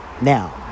Now